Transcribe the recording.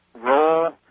roll